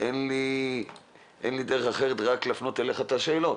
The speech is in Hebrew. אין לי דרך אחרת אלא להפנות אליך את השאלות.